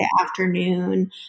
afternoon